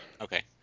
Okay